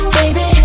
baby